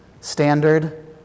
standard